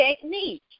technique